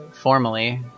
Formally